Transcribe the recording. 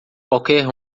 qualquer